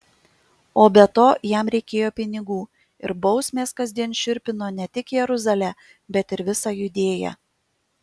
o be to jam reikėjo pinigų ir bausmės kasdien šiurpino ne tik jeruzalę bet ir visą judėją